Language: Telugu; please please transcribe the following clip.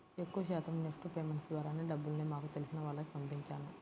ఎక్కువ శాతం నెఫ్ట్ పేమెంట్స్ ద్వారానే డబ్బుల్ని మాకు తెలిసిన వాళ్లకి పంపించాను